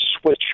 switch